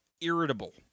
Irritable